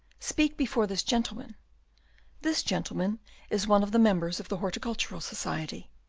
speak before this gentleman this gentleman is one of the members of the horticultural society.